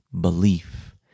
belief